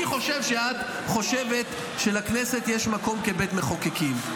אני חושב שאת חושבת שלכנסת יש מקום כבית מחוקקים.